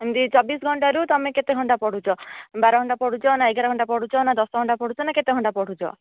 ଏମିତି ଚବିଶ ଘଣ୍ଟାରୁ ତମେ କେତେ ଘଣ୍ଟା ପଢ଼ୁଛ ବାର ଘଣ୍ଟା ପଢ଼ୁଛ ନା ଏଗାର ଘଣ୍ଟା ପଢ଼ୁଛ ନା ଦଶ ଘଣ୍ଟା ପଢ଼ୁଛ ନା କେତେ ଘଣ୍ଟା ପଢ଼ୁଛ